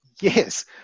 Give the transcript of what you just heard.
yes